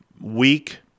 week